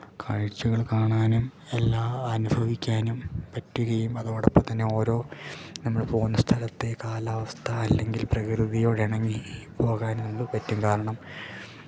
കാഴ്ച്ചകൾ കാണാനും എല്ലാം അനുഭവിക്കാനും പറ്റുകയും അതോടൊപ്പം തന്നെ ഓരോ നമ്മൾ പോവുന്ന സ്ഥലത്തെ കാലാവസ്ഥ അല്ലെങ്കിൽ പ്രകൃതിയോടിണങ്ങി പോകാനൊന്ന് പറ്റും കാരണം